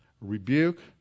rebuke